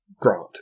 Grant